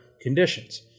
conditions